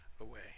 away